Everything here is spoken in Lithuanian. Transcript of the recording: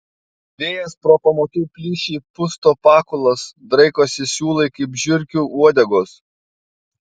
vėjas pro pamatų plyšį pusto pakulas draikosi siūlai kaip žiurkių uodegos